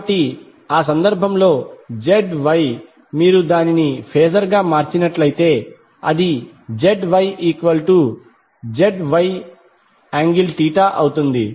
కాబట్టి ఆ సందర్భంలో ZY మీరు దానిని ఫేజర్గా మార్చినట్లయితే అది ZYZY∠θ అవుతుంది